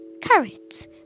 carrots